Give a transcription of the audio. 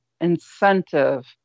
incentive